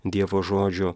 dievo žodžio